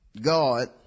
God